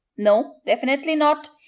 no, definitely not,